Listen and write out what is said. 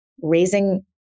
raising